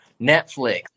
Netflix